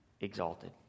exalted